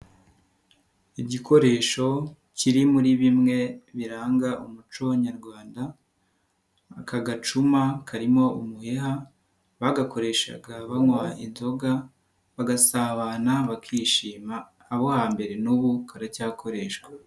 Igikoresho kiri muri bimwe biranga umuco nyarwanda, aka gacuma karimo umuheha bagakoreshaga banywa inzoga bagasabana bakishima abo hambere n'ubu karacyakoreshwa.